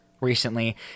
recently